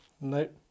Nope